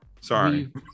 Sorry